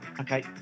okay